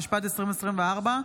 התשפ"ד 2024,